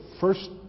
first